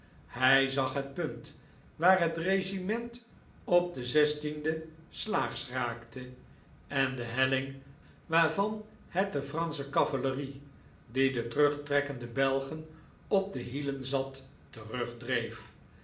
hij zag het punt waar het regiment op den zestienden slaags raakte en de helling waarvan het de fransche cavalerie die de terugtrekkende belgen op de hielen zat